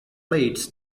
plates